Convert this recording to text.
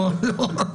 לא, לא.